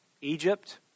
Egypt